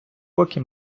поки